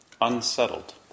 unsettled